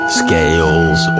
scales